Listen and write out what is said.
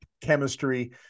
chemistry